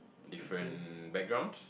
different backgrounds